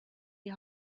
die